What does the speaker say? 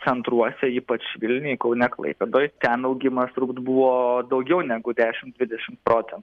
centruose ypač vilniuj kaune klaipėdoj ten augimas turbūt buvo daugiau negu dešim dvidešim procen